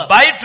Buy